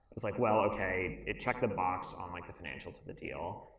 was like, well, okay, it checked the box on like the financials of the deal.